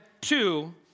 two